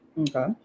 Okay